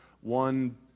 one